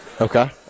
Okay